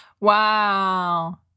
Wow